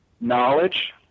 knowledge